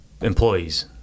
employees